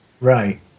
Right